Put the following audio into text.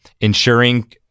ensuring